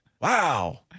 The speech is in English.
Wow